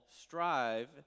strive